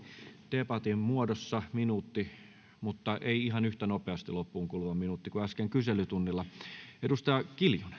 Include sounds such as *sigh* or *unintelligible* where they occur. debatin muodossa minuutti *unintelligible* mutta ei ihan yhtä nopeasti loppuun kuluva minuutti kuin äsken kyselytunnilla arvoisa